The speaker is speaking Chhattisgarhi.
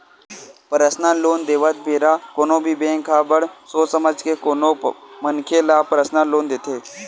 परसनल लोन देवत बेरा कोनो भी बेंक ह बड़ सोच समझ के कोनो मनखे ल परसनल लोन देथे